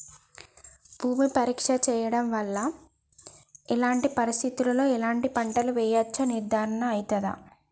భూమి పరీక్ష చేయించడం వల్ల ఎలాంటి పరిస్థితిలో ఎలాంటి పంటలు వేయచ్చో నిర్ధారణ అయితదా?